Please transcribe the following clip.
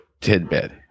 tidbit